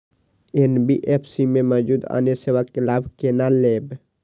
NBFC में मौजूद अन्य सेवा के लाभ केना लैब?